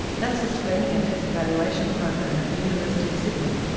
that's the screening and test evaluation program at the university of sydney.